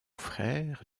frère